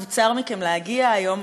נבצר מכם להגיע היום,